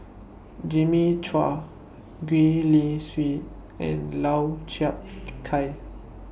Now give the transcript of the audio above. Jimmy Chua Gwee Li Sui and Lau Chiap Khai